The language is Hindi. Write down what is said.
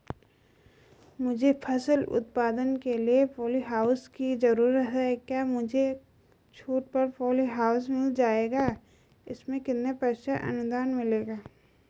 मुझे फसल उत्पादन के लिए प ॉलीहाउस की जरूरत है क्या मुझे छूट पर पॉलीहाउस मिल जाएगा इसमें कितने प्रतिशत अनुदान मिलेगा?